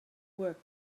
were